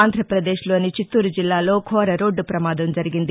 ఆంధ్రప్రదేశ్లోని చిత్తూరు జిల్లాలో ఘోర రోడ్డు ప్రమాదం జరిగింది